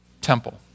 temple